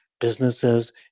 businesses